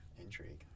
Intrigue